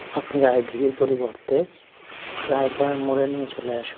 আপনি রায়দিঘির পরিবর্তে রায়পাড়ার মোড়ে নিয়ে চলে আসুন